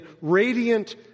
radiant